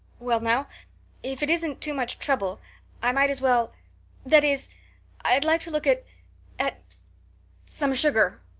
well now if it isn't too much trouble i might as well that is i'd like to look at at some sugar.